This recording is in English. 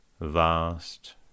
vast